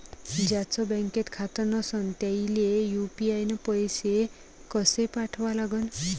ज्याचं बँकेत खातं नसणं त्याईले यू.पी.आय न पैसे कसे पाठवा लागन?